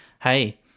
hey